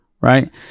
right